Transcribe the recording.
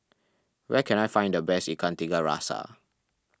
where can I find the best Ikan Tiga Rasa